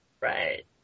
Right